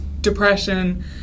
depression